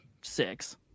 six